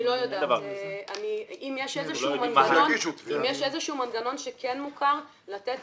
אם יש איזשהו מנגנון שכן מוכר לתת